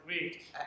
week